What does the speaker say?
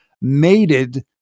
mated